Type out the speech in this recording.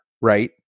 right